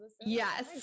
yes